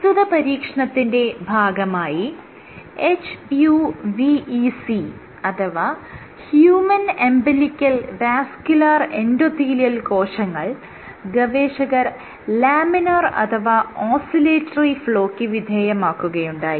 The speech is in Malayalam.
പ്രസ്തുത പരീക്ഷണത്തിന്റെ ഭാഗമായി HUVEC അഥവാ ഹ്യൂമൻ അമ്പിലിക്കൽ വാസ്ക്ക്യുലർ എൻഡോതീലിയൽ കോശങ്ങൾ ഗവേഷകർ ലാമിനാർ അഥവാ ഓസ്സിലേറ്ററി ഫ്ലോയ്ക്ക് വിധേയമാക്കുകയുണ്ടായി